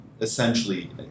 essentially